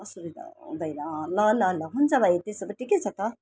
असुविधा हुँदैन ल ल ल हुन्छ भाइ त्यसो भए ठिकै छ त